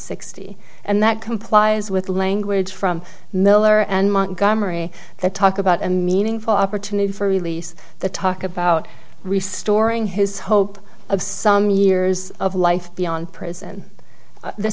sixty and that complies with language from miller and montgomery that talk about a meaningful opportunity for release the talk about restoring his hope of some years of life beyond prison the